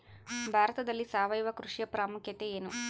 ಭಾರತದಲ್ಲಿ ಸಾವಯವ ಕೃಷಿಯ ಪ್ರಾಮುಖ್ಯತೆ ಎನು?